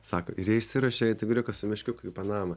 sako ir jie išsiruošė tigriukas su meškiuku į panamą